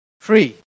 free